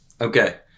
Okay